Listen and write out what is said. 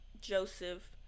joseph